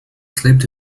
slipped